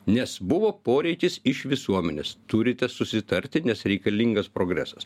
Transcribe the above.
nes buvo poreikis iš visuomenės turite susitarti nes reikalingas progresas